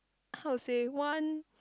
how to say one